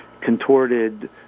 contorted